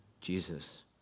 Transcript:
Jesus